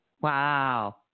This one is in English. Wow